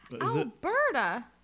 Alberta